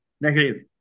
negative